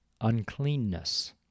Uncleanness